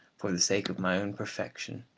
for the sake of my own perfection,